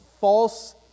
false